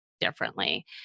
differently